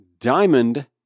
Diamond